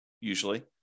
usually